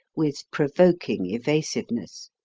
with provoking evasiveness.